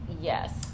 yes